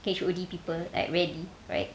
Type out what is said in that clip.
H_O_D people like rarely right